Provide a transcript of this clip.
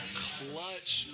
clutch